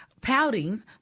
pouting